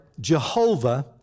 Jehovah